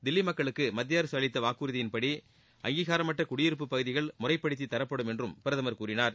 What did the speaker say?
தில்லி மக்களுக்கு மத்திய அரசு அளித்த வாக்குறுதியின்படி அங்கீனாரமற்ற குடியிருப்பு பகுதிகள் முறைப்படுத்தி தரப்படும் என்றும் பிரதமர் கூறினார்